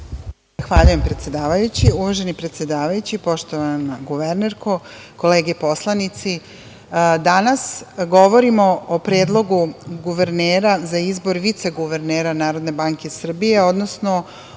Zahvaljujem, predsedavajući. Uvaženi predsedavajući, poštovana guvernerko, kolege poslanici, danas govorimo o Predlogu guvernera za izbor viceguvernera NBS, odnosno